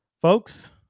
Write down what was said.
Folks